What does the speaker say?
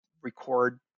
record